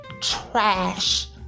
Trash